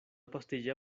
pastilla